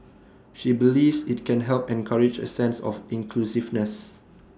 she believes IT can help encourage A sense of inclusiveness